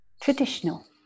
traditional